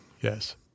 Yes